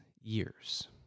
years